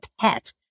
pet